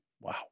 Wow